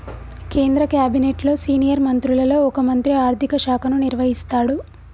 కేంద్ర క్యాబినెట్లో సీనియర్ మంత్రులలో ఒక మంత్రి ఆర్థిక శాఖను నిర్వహిస్తాడు